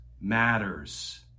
matters